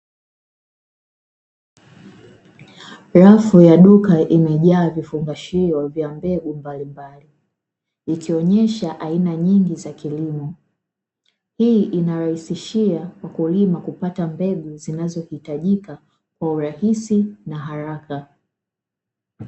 Rafu ya duka imejaa vifungashio vya mbegu mbalimbali, ikionyesha aina nyingi za kilimo. Hii inarahisishia mkulima kupata mbegu zinazohitajika kwa urahisi na haraka.